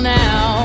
now